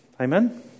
Amen